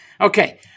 Okay